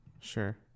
sure